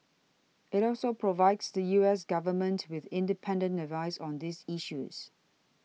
it also provides the U S government with independent advice on these issues